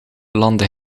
landde